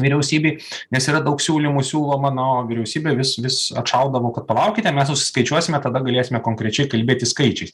vyriausybei nes yra daug siūlymų siūloma na o vyriausybė vis vis atšaudavo kad palaukite mes suskaičiuosime tada galėsime konkrečiai kalbėti skaičiais